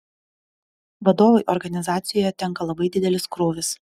vadovui organizacijoje tenka labai didelis krūvis